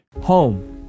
Home